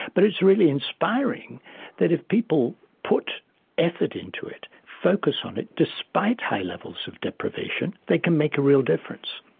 but it's really inspiring that if people put effort into it, focus on it, despite high levels of deprivation they can make a real difference.